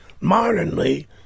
modernly